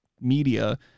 media